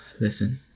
listen